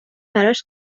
براش